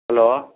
hello